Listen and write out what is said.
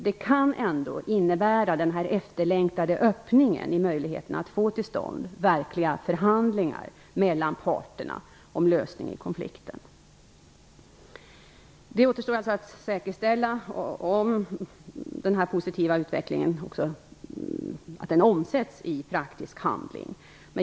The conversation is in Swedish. Det kan ändå innebära en efterlängtad öppning i möjligheterna att få till stånd verkliga förhandlingar mellan parterna om en lösning av konflikten. Det återstår alltså att säkerställa att den här positiva utvecklingen också omsätts i praktisk handling.